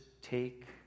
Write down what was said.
take